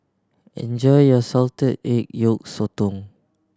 enjoy your salted egg yolk sotong